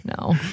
No